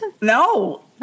No